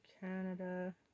Canada